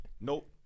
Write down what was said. nope